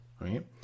right